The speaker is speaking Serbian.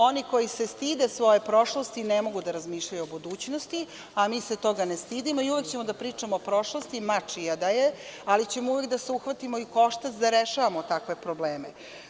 Oni koji se stide svoje prošlosti ne mogu da razmišljaju o budućnosti, a mi se toga ne stidimo i uvek ćemo da pričamo o prošlosti, ma čija da je, ali ćemo uvek da se uhvatimo u koštac i da rešavamo takve probleme.